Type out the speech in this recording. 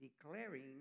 declaring